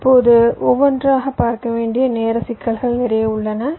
இப்போது ஒவ்வொன்றாகப் பார்க்க வேண்டிய நேர சிக்கல்கள் நிறைய உள்ளன